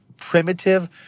primitive